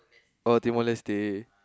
oh Timor Leste